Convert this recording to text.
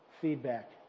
feedback